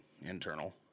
internal